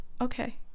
okay